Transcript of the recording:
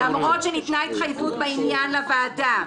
למרות שניתנה התחייבות בעניין לוועדה,